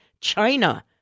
china